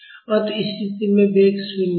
अतः इस स्थिति में वेग 0 है